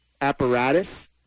apparatus